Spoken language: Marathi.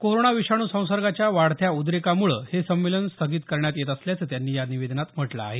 कोरोना विषाणू संसर्गाच्या वाढत्या उद्रेकामुळे हे संमेलन स्थगित करण्यात येत असल्याचं त्यांनी या निवेदनात म्हटलं आहे